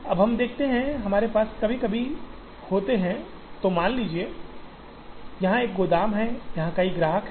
अब हम देखते हैं हमारे पास कभी कभी होते हैं तो मान लेते हैं कि यहाँ एक गोदाम है और यहाँ कई ग्राहक हैं